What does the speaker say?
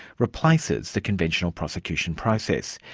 replaces the conventional prosecution process.